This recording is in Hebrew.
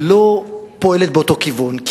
לא פועלת באותו כיוון.